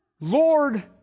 Lord